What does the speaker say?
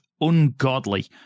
ungodly